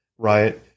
Right